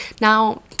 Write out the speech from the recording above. Now